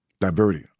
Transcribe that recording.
Diverted